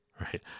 right